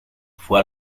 fue